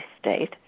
state